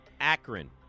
Akron